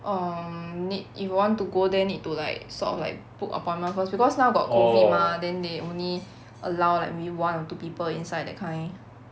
um need if you want to go there need to like sort of like book appointment first because now got COVID mah then they only allow like maybe one or two people inside that kind